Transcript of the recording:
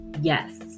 yes